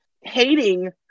hating